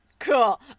Cool